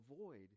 avoid